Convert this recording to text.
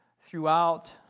throughout